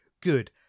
Good